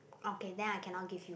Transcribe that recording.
okay then I cannot give you